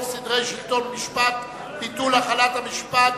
סדרי השלטון והמשפט (ביטול החלת המשפט,